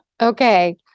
Okay